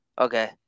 okay